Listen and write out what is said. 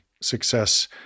success